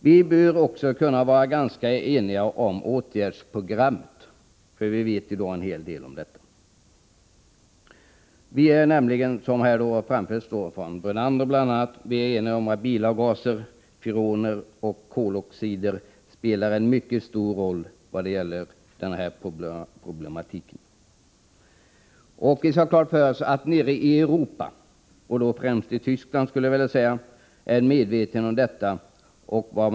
Vi bör också kunna vara ganska eniga om åtgärdsprogrammet, för vi vet i dag en hel del om hur man skall gå till väga. Vi är nämligen, som här har framhållits bl.a. av herr Brunander, eniga om att bilavgaser, freoner och koloxider spelar en mycket stor roll i denna problematik. Också nere i Europa, främst i Tyskland, är medvetenheten om detta mycket stor.